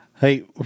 hey